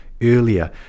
earlier